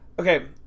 Okay